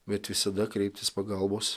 bet visada kreiptis pagalbos